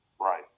right